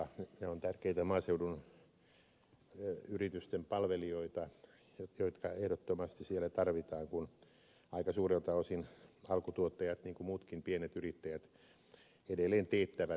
ne ovat tärkeitä maaseudun yritysten palvelijoita jotka ehdottomasti siellä tarvitaan kun aika suurelta osin alkutuottajat niin kuin muutkin pienet yrittäjät edelleen teettävät veroilmoituksensa